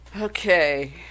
Okay